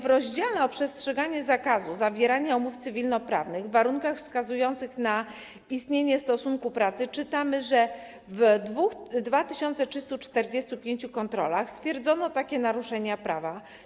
W rozdziale o przestrzeganiu zakazu zawierania umów cywilnoprawnych w warunkach wskazujących na istnienie stosunku pracy czytamy, że w przypadku 2345 kontroli stwierdzono takie naruszenie prawa.